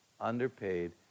underpaid